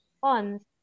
funds